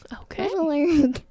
Okay